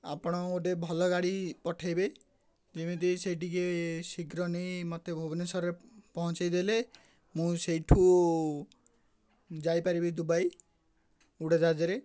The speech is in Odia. ଆପଣ ଗୋଟେ ଭଲ ଗାଡ଼ି ପଠେଇବେ ଯେମିତି ସେଇ ଟିକେ ଶୀଘ୍ର ନେଇ ମୋତେ ଭୁବନେଶ୍ୱରରେ ପହଁଞ୍ଚେଇ ଦେଲେ ମୁଁ ସେଇଠୁ ଯାଇପାରିବି ଦୁବାଇ ଉଡ଼ାଯାହାଜରେ